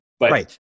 right